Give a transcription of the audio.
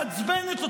מעצבנת אותו,